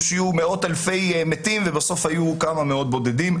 שיהיו מאות אלפי מתים ובסוף היו כמה מאות בודדים.